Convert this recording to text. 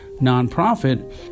nonprofit